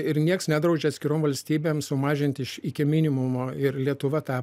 ir nieks nedraudžia atskirom valstybėm sumažinti iš iki minimumo ir lietuva tą